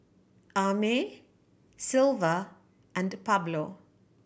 Amey Silver and Pablo